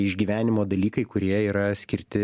išgyvenimo dalykai kurie yra skirti